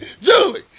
Julie